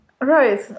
Right